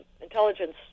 intelligence